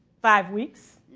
five weeks